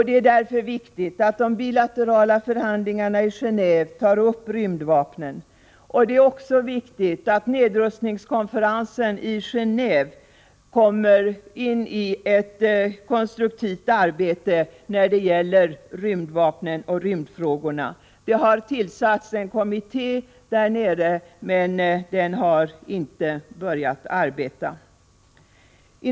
Det är därför viktigt att de bilaterala förhandlingarna i Gen&ve tar upp rymdvapenfrågorna. Det är likaså viktigt att nedrustningskonferensen i Gen&ve kommer in i ett konstruktivt arbete när det gäller rymdvapenfrågorna. Det har tillsatts en kommitté där nere, men den har inte börjat arbeta ännu.